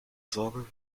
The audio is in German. sorge